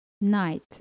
night